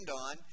on